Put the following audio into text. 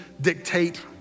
dictate